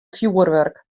fjoerwurk